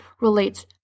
relates